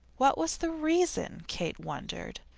what was the reason, kate wondered.